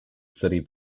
city